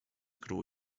cru